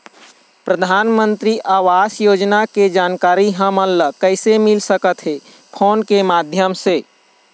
परधानमंतरी आवास योजना के जानकारी हमन ला कइसे मिल सकत हे, फोन के माध्यम से?